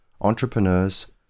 entrepreneurs